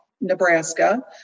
Nebraska